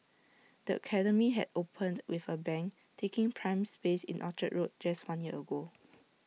the academy had opened with A bang taking prime space in Orchard road just one year ago